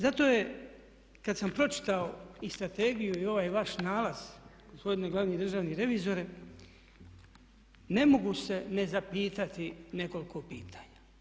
Zato je kad sam pročitao i strategiju i ovaj vaš nalaz gospodine glavni državni revizore ne mogu se ne zapitati nekoliko pitanja.